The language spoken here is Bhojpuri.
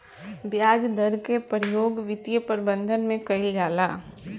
ब्याज दर के प्रयोग वित्तीय प्रबंधन में कईल जाला